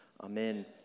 Amen